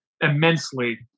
immensely